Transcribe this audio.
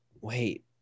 wait